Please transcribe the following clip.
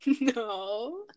No